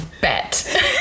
Bet